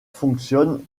fonctionne